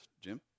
Jim